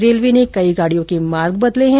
railway ने कई गाड़ियों के मार्ग बदले हैं